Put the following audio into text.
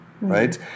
right